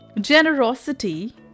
generosity